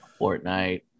Fortnite